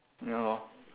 ya lor